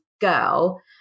girl